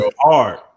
hard